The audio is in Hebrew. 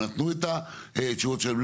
נתנו את התשובות שלהם.